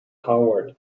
howard